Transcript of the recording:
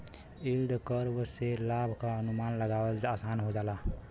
yield curve से लाभ क अनुमान लगाना आसान हो जाला